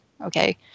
Okay